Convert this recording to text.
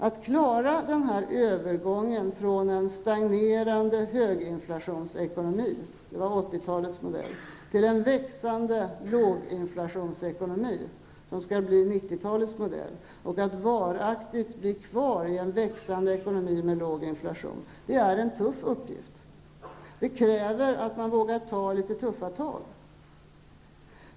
Att klara övergången från en stagnerande höginflationsekonomi -- det var 80-talets modell -- till en växande låginflationsekonomi -- som skall bli 90-talets modell -- och att varaktigt bli kvar i en växande ekonomi med låg inflation, är en tuff uppgift. Det kräver att man vågar ta litet tuffa tag.